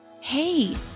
Hey